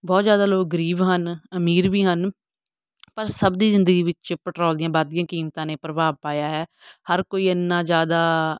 ਬਹੁਤ ਜ਼ਿਆਦਾ ਲੋਕ ਗਰੀਬ ਹਨ ਅਮੀਰ ਵੀ ਹਨ ਪਰ ਸਭ ਦੀ ਜ਼ਿੰਦਗੀ ਵਿੱਚ ਪੈਟਰੋਲ ਦੀਆਂ ਵਧਦੀਆਂ ਕੀਮਤਾਂ ਨੇ ਪ੍ਰਭਾਵ ਪਾਇਆ ਹੈ ਹਰ ਕੋਈ ਐਨਾ ਜ਼ਿਆਦਾ